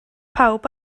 pawb